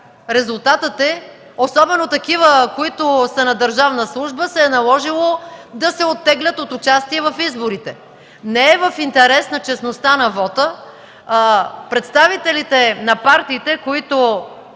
част от тях, особено на такива, които са на държавна служба, се е наложило да се оттеглят от участие в изборите. Не е в интерес на честността на вота представителите на партиите, които